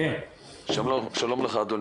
שלום אדוני.